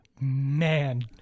man